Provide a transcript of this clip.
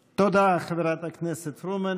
תודה, חברת הכנסת פרומן.